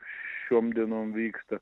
šiom dienom vyksta